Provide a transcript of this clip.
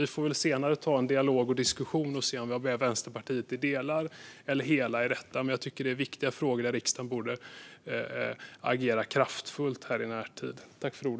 Vi får väl senare ta en dialog och diskussion och se om vi har med oss Vänsterpartiet, hela eller i delar, i detta. Jag tycker dock att detta är viktiga frågor där riksdagen borde agera kraftfullt i närtid.